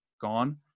gone